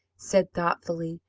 said thoughtfully,